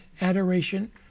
adoration